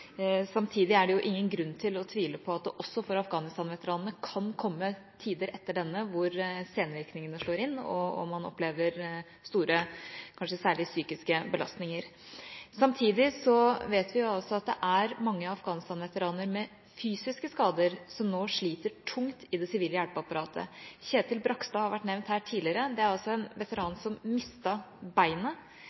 Samtidig er det jo ingen grunn til å tvile på at det også for Afghanistan-veteranene kan komme tider etter dette hvor senvirkningene slår inn, og hvor man opplever store, kanskje særlig psykiske, belastninger. Samtidig vet vi jo også at det er mange Afghanistan-veteraner med fysiske skader som nå sliter tungt i det sivile hjelpeapparatet. Kjetil Bragstad har vært nevnt her tidligere. Det er altså en veteran som mistet beinet,